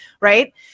Right